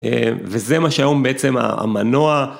וזה מה שהיום בעצם המנוע.